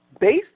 based